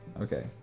Okay